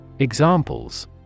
Examples